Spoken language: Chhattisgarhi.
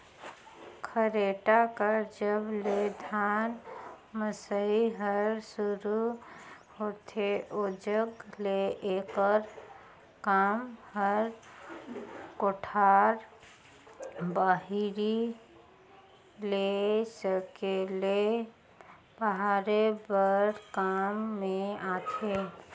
खरेटा कर जब ले धान मसई हर सुरू होथे ओजग ले एकर काम हर कोठार बाहिरे ले सकेले बहारे कर काम मे आथे